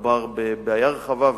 מדובר בבעיה רחבה,